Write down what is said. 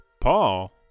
Paul